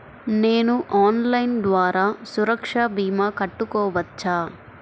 నేను ఆన్లైన్ ద్వారా సురక్ష భీమా కట్టుకోవచ్చా?